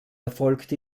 erfolgt